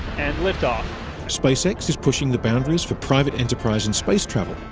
and lift off spacex is pushing the boundaries for private enterprise in space travel.